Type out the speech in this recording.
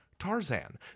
Tarzan